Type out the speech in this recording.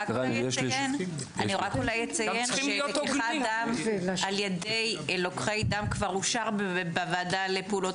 אציין שלקיחת דם על ידי לוקחי דם כבר אושר בוועדה לפעולות